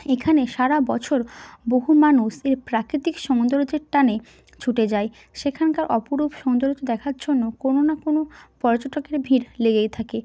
এখানে সারা বছর বহু মানুষ এর প্রাকৃতিক সমুদ্র হ্রদের টানে ছুটে যায় সেখানকার অপরূপ সুন্দরতা দেখার জন্য কোনও না কোনও পর্যটকের ভিড় লেগেই থাকে